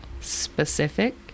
specific